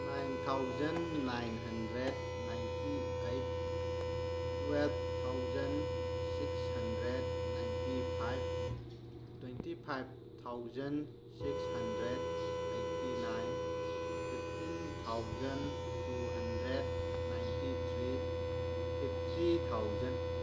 nine thousand nine hundred ninety eight twelve thousand six hundred ninety five twenty five thousand six hundred eighty nine fifteen thousand two hundred ninety three fifty thousand